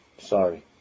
sorry